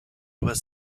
was